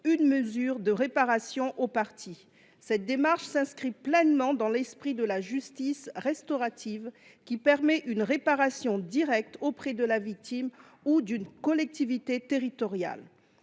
une mesure de réparation. Cette démarche s’inscrit pleinement dans l’esprit de la justice restaurative, qui permet une réparation directe auprès de la victime ou de la collectivité territoriale